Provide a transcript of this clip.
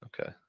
okay